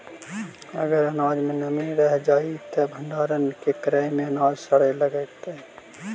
अगर अनाज में नमी रह जा हई त भण्डारण के क्रम में अनाज सड़े लगतइ